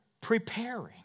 preparing